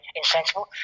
insensible